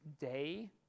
day